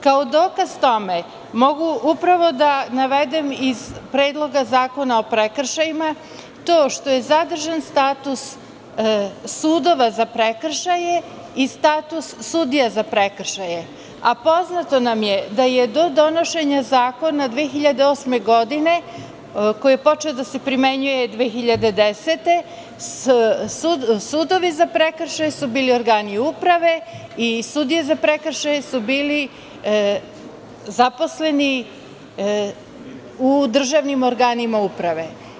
Kao dokaz tome, mogu upravo da navedem iz Predloga zakona o prekršajima to što je zadržan status sudova za prekršaje i status sudija za prekršaje, a poznato nam je da je do donošenja zakona 2008. godine, koji je počeo da se primenjuje 2010. godine, sudovi za prekršaje su bili organi uprave i sudije za prekršaje su bili zaposleni u državnim organima uprave.